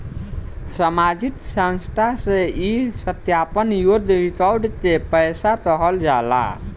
सामाजिक संस्था से ई सत्यापन योग्य रिकॉर्ड के पैसा कहल जाला